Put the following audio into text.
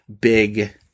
big